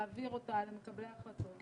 להעביר אותה למקבלי ההחלטות,